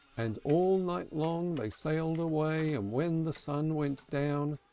and all night long they sailed away and when the sun went down,